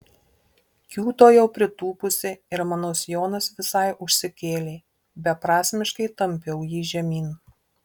kiūtojau pritūpusi ir mano sijonas visai užsikėlė beprasmiškai tampiau jį žemyn